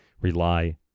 rely